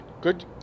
good